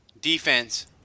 defense